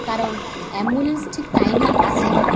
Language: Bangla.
কারণ অ্যাম্বুলেন্স ঠিক টাইমে আসে না